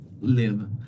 live